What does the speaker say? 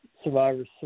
survivors